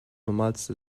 normalste